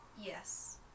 Yes